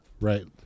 Right